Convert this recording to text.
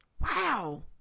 Wow